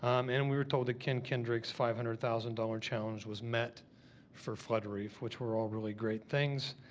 um and we were told that ken kendrick's five hundred thousand dollars challenge was met for flood relief which were all really great things.